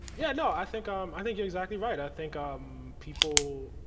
yeah, no, i think um i think you're exactly right. i think um people